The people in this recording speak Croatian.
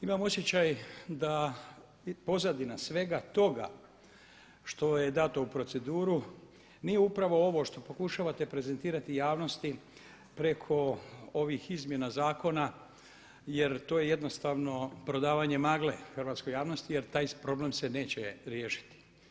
Imam osjećaj da pozadina svega toga što je dato u proceduru nije upravo ovo što pokušavate prezentirati javnosti preko ovih izmjena zakona jer to je jednostavno prodavanje magle hrvatskoj javnosti jer taj problem se neće riješiti.